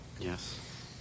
Yes